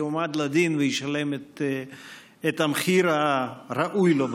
יועמד לדין וישלם את המחיר הראוי לו,